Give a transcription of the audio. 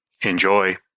Enjoy